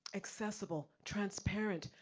accessible, transparent,